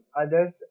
others